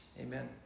Amen